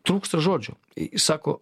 trūksta žodžių į į sako